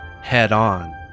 head-on